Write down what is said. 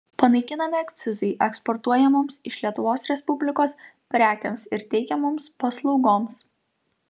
panaikinami akcizai eksportuojamoms iš lietuvos respublikos prekėms ir teikiamoms paslaugoms